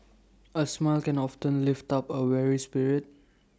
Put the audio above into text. A smile can often lift up A weary spirit